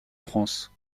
france